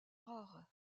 rares